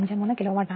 153 kilowatt ആണ്